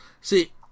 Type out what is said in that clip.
See